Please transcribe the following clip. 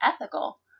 ethical